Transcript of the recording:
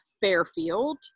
Fairfield